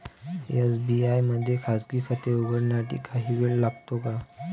SBI मध्ये खाजगी खाते उघडण्यासाठी काही वेळ लागतो का?